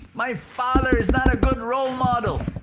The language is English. my father is not a good role model.